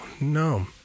No